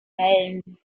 melden